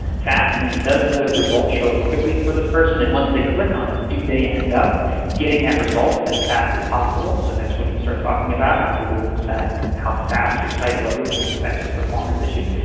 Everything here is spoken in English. fast, meaning does the results show up ah quickly for this person, and once they click on it, do they end up getting that result as fast as possible? so that's when you would start talking about how google looks at how fast your site loads and those types of performance issues.